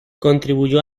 contribuyó